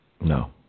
No